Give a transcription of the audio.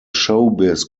showbiz